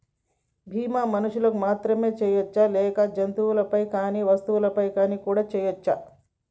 బీమా మనుషులకు మాత్రమే చెయ్యవచ్చా లేక జంతువులపై కానీ వస్తువులపై కూడా చేయ వచ్చా?